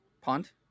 Pond